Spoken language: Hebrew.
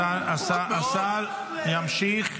השר ימשיך.